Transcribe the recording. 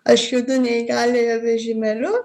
aš judu neįgaliojo vežimėliu